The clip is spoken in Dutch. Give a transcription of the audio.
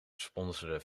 sponsoren